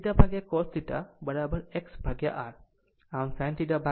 કારણ કે તે sin θ cos θ X R છે